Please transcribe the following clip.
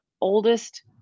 oldest